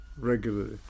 regularly